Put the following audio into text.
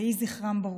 יהי זכרם ברוך.